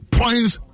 points